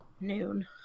noon